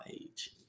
age